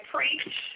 Preach